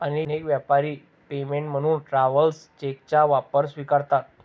अनेक व्यापारी पेमेंट म्हणून ट्रॅव्हलर्स चेकचा वापर स्वीकारतात